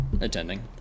attending